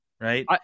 right